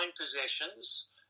possessions